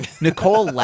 Nicole